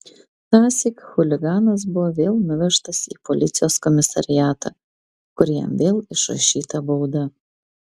tąsyk chuliganas buvo vėl nuvežtas į policijos komisariatą kur jam vėl išrašyta bauda